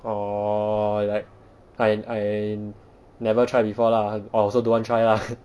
orh like I I never try before lah I also don't want try lah